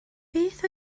beth